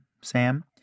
Sam